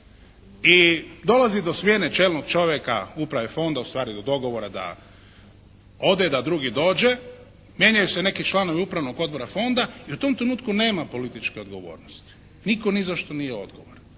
i dolazi do smjene čelnog čovjeka uprave fonda, u stvari do dogovora da ode, da drugi dođe. Mijenjaju se neki članovi Upravnog odbora fonda i u tom trenutku nema političke odgovornosti. Nitko ni za što nije odgovoran,